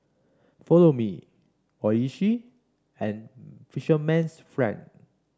Follow Me Oishi and Fisherman's Friend